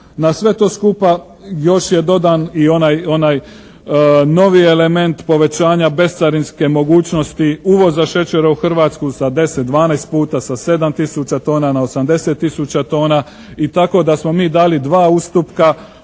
Na sve to skupa još je dodan i onaj novi element povećanja bescarinske mogućnosti uvoza šećera u Hrvatsku sa 10, 12 puta sa 7 tisuća na 80 tisuća tona i tako da smo mi dali dva ustupka